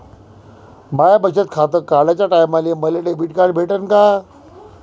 माय बचत खातं काढाच्या टायमाले मले डेबिट कार्ड भेटन का?